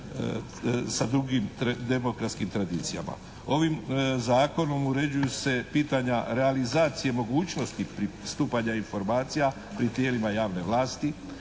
sa drugim demokratskim tradicijama. Ovim zakonom uređuju se pitanja realizacije mogućnosti pristupanja informacija pri tijelima javne vlasti,